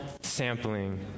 sampling